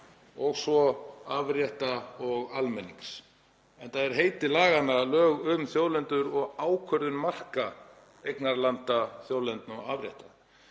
og svo afrétta og almennings, enda er heiti laganna lög um þjóðlendur og ákvörðun marka eignarlanda, þjóðlendna og afrétta.